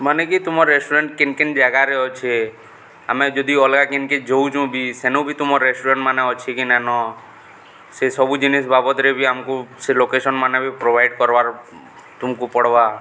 ମାନେ କି ତୁମର୍ ରେଷ୍ଟୁରାଣ୍ଟ୍ କେନ୍ କେନ୍ ଜାଗାରେ ଅଛେ ଆମେ ଯଦି ଅଲ୍ଗା କେନ୍କେ ଯୋଉଚୁଁ ବି ସେନୁ ବି ତୁମର୍ ରେଷ୍ଟୁରାଣ୍ଟ୍ମାନେ ଅଛେ କି ନାଇନ ସେ ସବୁ ଜିନିଷ୍ ବାବଦ୍ରେ ବି ଆମ୍କୁ ସେ ଲୋକେସନ୍ମାନେ ବି ପ୍ରୋଭାଇଡ଼୍ କର୍ବାର୍ ତୁମ୍କୁ ପଡ଼୍ବା